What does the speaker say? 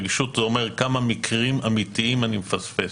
רגישות זה אומר כמה מקרים אמיתיים אני מפספס.